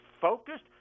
focused